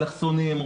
אלכסונים,